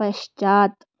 पश्चात्